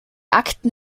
akten